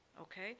okay